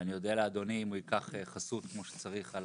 אני אודה לאדוני אם הוא ייקח חסות כמו שצריך על